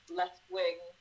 left-wing